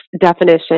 definition